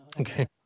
Okay